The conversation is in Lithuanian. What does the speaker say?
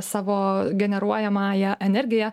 savo generuojamąją energiją